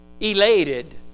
elated